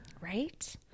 Right